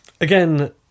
Again